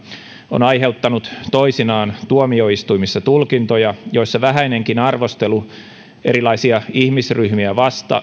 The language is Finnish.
on aiheuttanut toisinaan tuomioistuimissa tulkintoja joissa vähäinenkin arvostelu erilaisia ihmisryhmiä